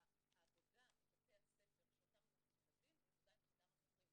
העבודה עם בתי הספר שאותם אנחנו מלווים היא עבודה עם חדר המורים,